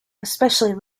especially